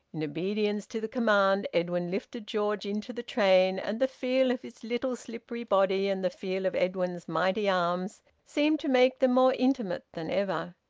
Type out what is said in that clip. in obedience to the command edwin lifted george into the train and the feel of his little slippery body, and the feel of edwin's mighty arms, seemed to make them more intimate than ever.